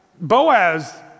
Boaz